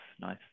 nice